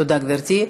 תודה, גברתי.